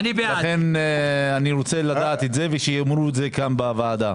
ולכן אני רוצה שיאמרו את זה כאן בוועדה